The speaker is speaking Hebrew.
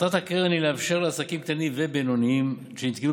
מטרת הקרן היא לאפשר לעסקים קטנים ובינוניים שנתקלו